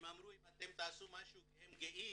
הם אמרו, אם אתם תעשו משהו, כי הם גאים